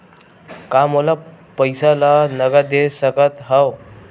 का मोला पईसा ला नगद दे सकत हव?